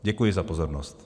Děkuji za pozornost.